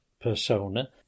persona